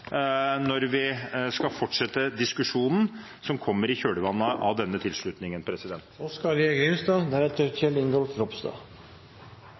når vi skal fortsette diskusjonen som kommer i kjølvannet av denne tilslutningen.